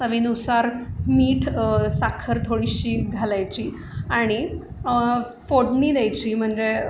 चवीनुसार मीठ साखर थोडीशी घालायची आणि फोडणी द्यायची म्हणजे